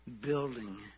building